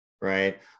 right